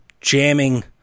jamming